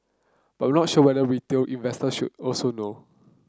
but not sure whether retail investor should also know